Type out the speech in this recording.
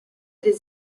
des